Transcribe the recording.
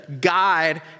guide